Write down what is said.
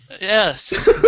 Yes